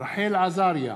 רחל עזריה,